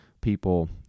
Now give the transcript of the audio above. people